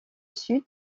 sud